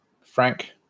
Frank